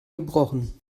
gebrochen